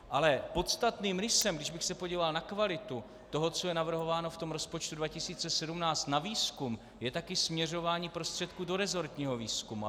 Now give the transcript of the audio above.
Ale podstatným rysem, kdybych se podíval na kvalitu toho, co je navrhováno v rozpočtu 2017 na výzkum, je také směřování prostředků do resortního výzkumu.